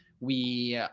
we,